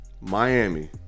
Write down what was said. Miami